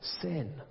sin